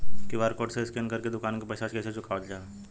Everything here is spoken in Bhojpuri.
क्यू.आर कोड से स्कैन कर के दुकान के पैसा कैसे चुकावल जाला?